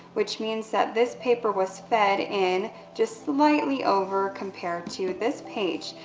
which means that this paper was fed in just slightly over, compared to this page.